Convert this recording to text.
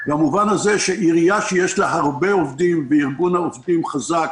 במובן הזה שעירייה שיש לה הרבה עובדים עצמאיים שלה וארגון העובדים חזק